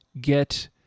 get